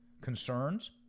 concerns